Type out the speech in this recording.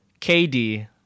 KD